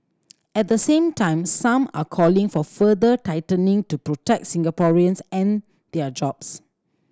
at the same time some are calling for further tightening to protect Singaporeans and their jobs